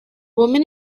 woman